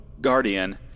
Guardian